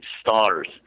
stars